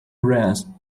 grasp